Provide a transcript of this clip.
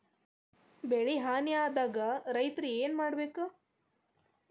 ಬೆಳಿ ಹಾನಿ ಆದಾಗ ರೈತ್ರ ಏನ್ ಮಾಡ್ಬೇಕ್?